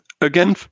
Again